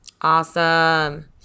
Awesome